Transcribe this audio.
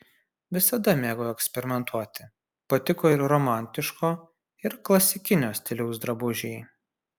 visada mėgau eksperimentuoti patiko ir romantiško ir klasikinio stiliaus drabužiai